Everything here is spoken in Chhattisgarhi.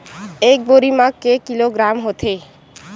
एक बोरी म के किलोग्राम होथे?